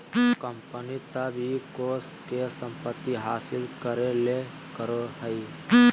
company तब इ कोष के संपत्ति हासिल करे ले करो हइ